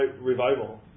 revival